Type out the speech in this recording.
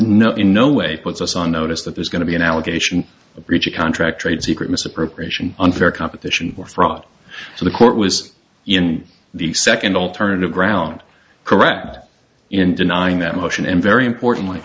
in no way puts us on notice that there's going to be an allegation of breach of contract trade secret misappropriation unfair competition or fraud so the court was in the second alternative ground correct in denying that motion and very important